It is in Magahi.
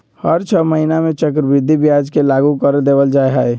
हर छ महीना में चक्रवृद्धि ब्याज के लागू कर देवल जा हई